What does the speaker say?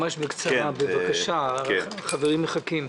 ממש בקצרה החברים מחכים.